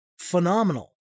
phenomenal